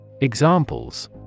Examples